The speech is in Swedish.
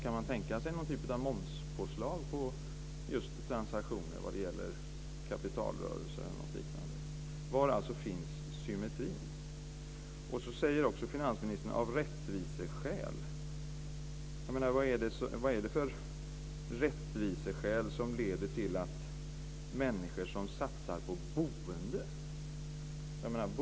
Kan man tänka sig någon typ av momspåslag på just transaktioner vad gäller kapitalrörelser eller något liknande? Var finns symmetrin? Finansministern säger också "av rättviseskäl". Vad är det för rättviseskäl som leder till att människor som satsar på boende automatiskt får en ökad beskattning?